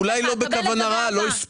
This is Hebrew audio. קבל את זה באהבה.